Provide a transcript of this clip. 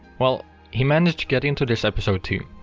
well he managed to get into this episode too,